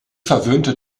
verwöhnte